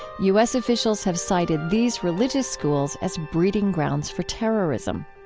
u s. officials have cited these religious schools as breeding grounds for terrorism